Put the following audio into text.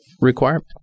requirement